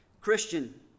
Christian